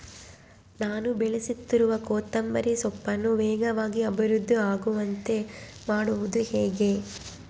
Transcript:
ನಾನು ಬೆಳೆಸುತ್ತಿರುವ ಕೊತ್ತಂಬರಿ ಸೊಪ್ಪನ್ನು ವೇಗವಾಗಿ ಅಭಿವೃದ್ಧಿ ಆಗುವಂತೆ ಮಾಡುವುದು ಹೇಗೆ?